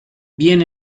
bien